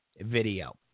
video